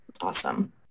awesome